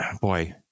boy